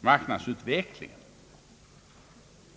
<marknadsutvecklingen.